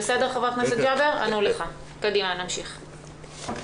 --- במזרח ירושלים נקנסו על זה שתפסו אותם בתוך כנסייה.